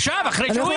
עכשיו אחרי שהוא הגיע.